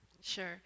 Sure